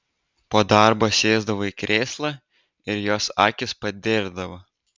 po darbo sėsdavo į krėslą ir jos akys padėrdavo